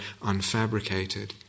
unfabricated